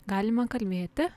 galima kalbėti